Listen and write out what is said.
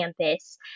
campus